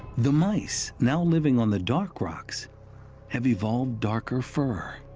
the mice now living on the dark rocks have evolved darker fur.